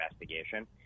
investigation